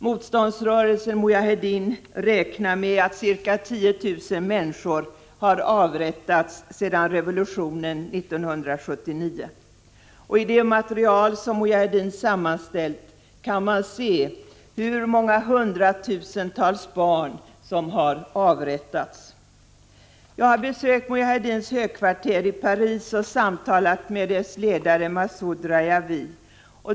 Motståndsrörelsen Mojaheddin räknar med att ca 10 000 människor har avrättats sedan revolutionen 1979. I det material som Mojaheddin sammanställt kan man se hur många hundratusentals barn som har avrättats. Jag har besökt Mojaheddins högkvarter i Paris och samtalat med dess ledare Massoud Rajawi.